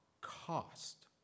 cost